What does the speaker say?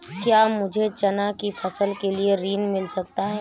क्या मुझे चना की फसल के लिए ऋण मिल सकता है?